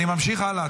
אני ממשיך הלאה.